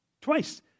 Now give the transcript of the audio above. twice